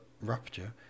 rupture